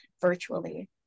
virtually